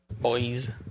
boys